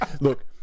look